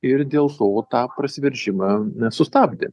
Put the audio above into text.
ir dėl to tą prasiveržimą sustabdė